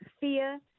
fear